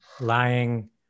lying